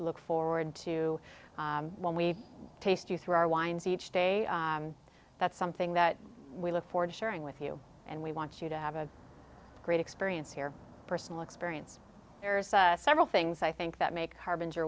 look forward to when we taste you through our wines each day that's something that we look forward to sharing with you and we want you to have a great experience here personal experience there's several things i think that make harbinger